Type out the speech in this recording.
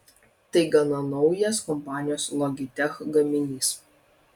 tai gana naujas kompanijos logitech gaminys